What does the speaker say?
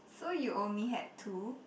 so you only had two